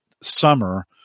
summer